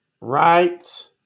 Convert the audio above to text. right